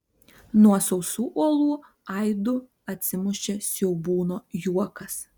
nuo sausų uolų aidu atsimušė siaubūno juokas